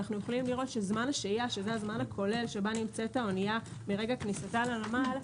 זמן השהייה שזה הזמן הכולל שבו נמצאת האוניה מרגע כניסתה לנמל,